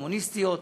הקומוניסטיות.